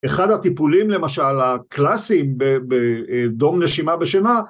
אחד הטיפולים למשל הקלאסיים בדום נשימה בשינה